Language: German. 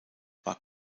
war